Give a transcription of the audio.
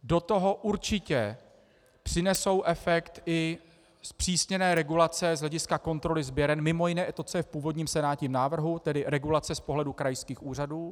Do toho určitě přinesou efekt i zpřísněné regulace z hlediska kontroly sběren, mimo jiné i to, co je v původním senátním návrhu, tedy regulace z pohledu krajských úřadů.